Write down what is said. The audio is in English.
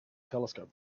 telescope